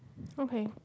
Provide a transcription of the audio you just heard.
okay